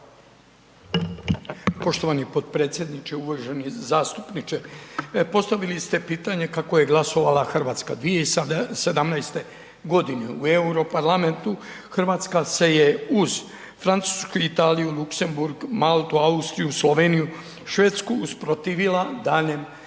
Poštovani podpredsjedniče, uvaženi zastupniče. Postavili ste pitanje kako je glasovala Hrvatska, 2017.-te godine u Europarlamentu Hrvatska se je uz Francusku, Italiju, Luksemburg, Maltu, Austriju, Sloveniju, Švedsku usprotivila daljnjem i